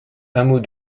hameau